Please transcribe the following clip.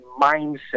mindset